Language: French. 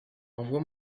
envoie